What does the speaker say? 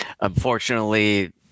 unfortunately